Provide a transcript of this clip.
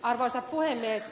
arvoisa puhemies